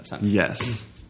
Yes